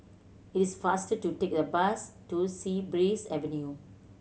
it is faster to take the bus to Sea Breeze Avenue